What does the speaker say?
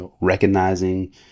recognizing